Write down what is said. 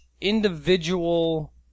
individual